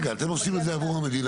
רגע, אתם עושים את זה עבור המדינה.